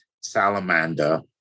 Salamander